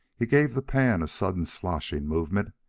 he gave the pan a sudden sloshing movement,